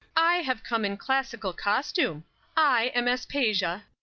i have come in classical costume i am aspasia.